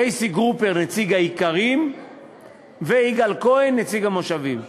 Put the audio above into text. פייסי גרופר נציג האיכרים ויגאל כהן נציג המושבים,